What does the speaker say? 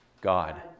God